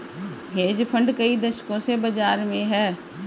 hedge fund कई दशकों से बाज़ार में हैं